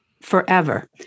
forever